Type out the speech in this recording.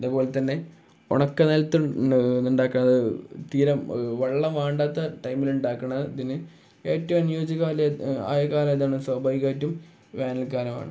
അതേപോലെ തന്നെ ഉണക്ക നിലത്തുണ്ടാക്കുന്ന തീരം വെള്ളം വേണ്ടാത്ത ടൈമിൽ ഉണ്ടാക്കണ ഇതിന് ഏറ്റവും അനുയോജ്യ കാലം ആയ കാലം ഏതാണ് സ്വാഭാവികായിട്ടും വേനൽക്കാലമാണ്